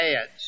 ads